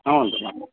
ಹ್ಞೂ ರೀ ಮಾ